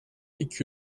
iki